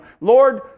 Lord